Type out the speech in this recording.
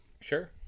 Sure